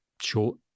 short